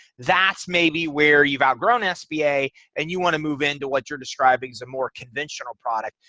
that's maybe where you've outgrown sba and you want to move into what you're describing as a more conventional product.